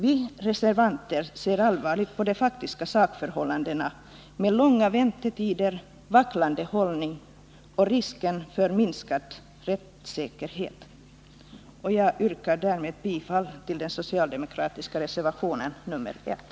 Vi reservanter ser allvarligt på de faktiska sakförhållandena: långa väntetider, vacklande hållning och risk för minskad rättssäkerhet. Jag yrkar bifall till socialdemokraternas reservation 1.